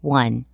one